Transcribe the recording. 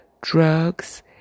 drugs